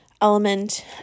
element